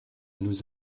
nous